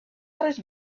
others